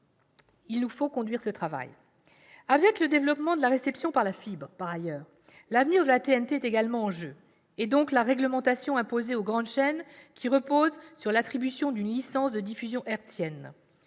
il nous faut conduire ce travail. Avec le développement de la réception par la fibre, l'avenir de la télévision numérique terrestre, la TNT, est également en jeu, et donc la réglementation imposée aux grandes chaînes qui repose sur l'attribution d'une licence de diffusion hertzienne.